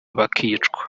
bakicwa